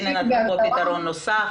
הנה, הציגו כאן פתרון נוסף.